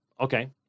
Okay